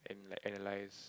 like analyse